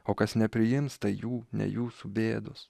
o kas nepriims tai jų ne jūsų bėdos